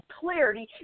clarity